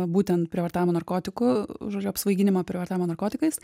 būtent prievartavimo narkotiku žodžiu apsvaiginimo prievartavimo narkotikais